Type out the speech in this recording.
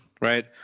right